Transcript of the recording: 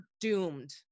doomed